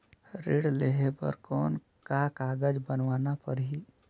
ऋण लेहे बर कौन का कागज बनवाना परही?